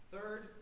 Third